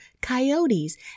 coyotes